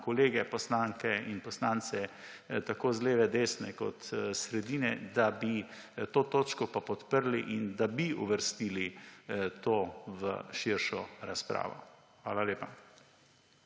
kolege poslanke in poslance, tako z leve, desne, kot s sredine, da bi to točko pa podprli in da bi uvrstili to v širšo razpravo. Hvala lepa.